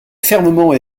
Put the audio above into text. fermement